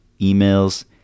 emails